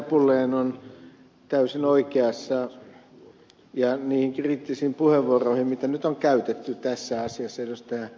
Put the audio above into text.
pulliainen on täysin oikeassa ja niitä kriittisiä puheenvuoroja mitä nyt on käytetty tässä asiassa ed